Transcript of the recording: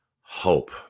hope